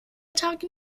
tage